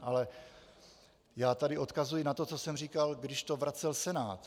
Ale já tady odkazuji na to, co jsem říkal, když to vracel Senát.